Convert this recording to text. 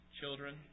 children